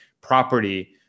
property